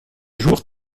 jour